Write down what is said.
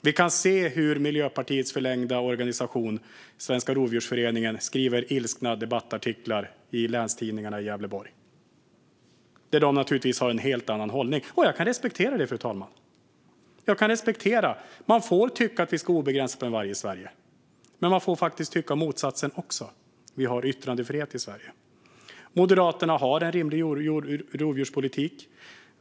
Vi kan se hur Miljöpartiets förlängda arm, Svenska Rovdjursföreningen, skriver ilskna debattartiklar i länstidningarna i Gävleborg där de naturligtvis har en helt annan hållning. Och jag kan respektera det, fru talman. Man får tycka att vi ska ha obegränsat med varg i Sverige. Men man får faktiskt också tycka motsatsen. Vi har yttrandefrihet i Sverige. Moderaterna har en rimlig rovdjurspolitik.